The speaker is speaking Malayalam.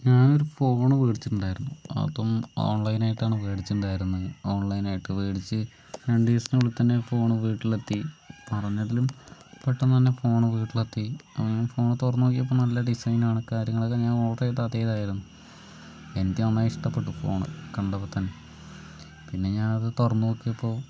ഞാനൊരു ഫോണ് മേടിച്ചിട്ടുണ്ടായിരുന്നു അതും ഓൺലൈനായിട്ടാണ് മേടിച്ചിട്ടുണ്ടായിരുന്നത് ഓൺലൈനായിട്ട് മേടിച്ച് രണ്ട് ദീസത്തിനുള്ളിൽ തന്നെ ഫോണ് വീട്ടിലെത്തി പറഞ്ഞതിലും പെട്ടന്ന് തന്നെ ഫോണ് വീട്ടിലെത്തി ഞാന് ഫോണ് തുറന്ന് നോക്കിയപ്പോൾ നല്ല ഡിസൈനാണ് കാര്യങ്ങളൊക്കെ ഞാൻ ഓർഡറ് ചെയ്ത അതെ ഇതായിരുന്നു എനിക്ക് നന്നായി ഇഷ്ട്ടപ്പെട്ടു ഫോണ് കണ്ടപ്പം തന്നെ പിന്നെ ഞാനത് തുറന്ന് നോക്കിയപ്പോൾ